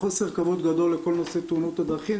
חוסר כבוד גדול לכל נושא תאונות הדרכים.